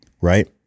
Right